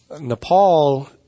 Nepal